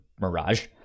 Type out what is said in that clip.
Mirage